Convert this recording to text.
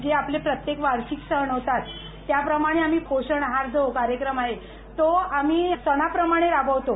जे आपले प्रत्टेक वार्षिक सण होतात त्याप्रमाण आम्ही पोषण आहार जो कार्यक्रम आहे तो सणाप्रमाणे राबवितो